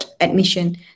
admission